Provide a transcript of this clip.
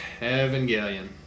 Evangelion